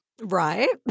Right